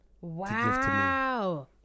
Wow